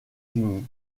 unis